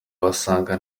wasanga